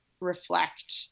reflect